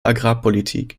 agrarpolitik